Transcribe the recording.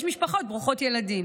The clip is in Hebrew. יש משפחות ברוכות ילדים.